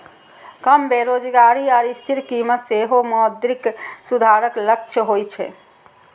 कम बेरोजगारी आ स्थिर कीमत सेहो मौद्रिक सुधारक लक्ष्य होइ छै